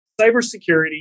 cybersecurity